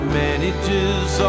manages